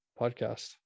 podcast